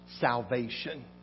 salvation